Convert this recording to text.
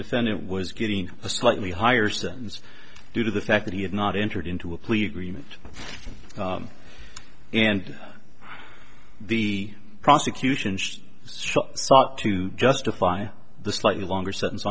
defendant was getting a slightly higher sentence due to the fact that he had not entered into a plea agreement and the prosecution sought to justify the slightly longer sentence